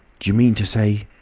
d'you mean to say?